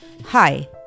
Hi